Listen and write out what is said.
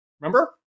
Remember